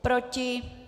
Proti?